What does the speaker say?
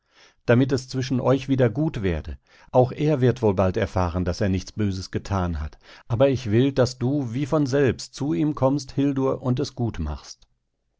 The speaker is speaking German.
damit es zwischen euch wieder gut werde auch er wird wohl bald erfahren daß er nichts böses getan hat aber ich will daß du wie von selbst zu ihm kommst hildur und es gut machst